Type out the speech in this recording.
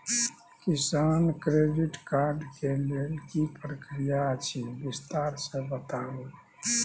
किसान credit card के लेल की प्रक्रिया अछि विस्तार से बताबू?